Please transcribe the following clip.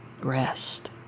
rest